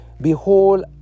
Behold